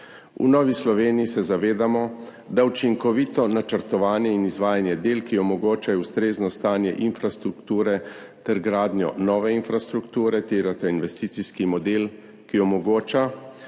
V Novi Sloveniji se zavedamo, da učinkovito načrtovanje in izvajanje del, ki omogočajo ustrezno stanje infrastrukture ter gradnjo nove infrastrukture, terjata investicijski model, ki omogoča,